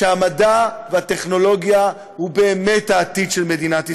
המדע והטכנולוגיה הם באמת העתיד של מדינת ישראל.